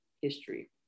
history